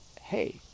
hey